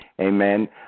Amen